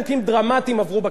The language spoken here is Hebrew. בהובלת שר התקשורת,